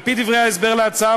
על-פי דברי ההסבר להצעה,